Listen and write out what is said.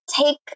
take